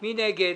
מי נגד?